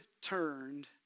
turned